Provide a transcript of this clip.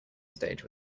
stage